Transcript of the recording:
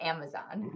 Amazon